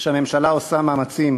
שהממשלה עושה מאמצים